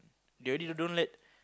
they already to don't let